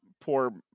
poor